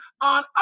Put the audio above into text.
on